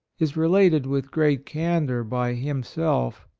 is related with great candor by him self,